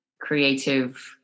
creative